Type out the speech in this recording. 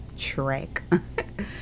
track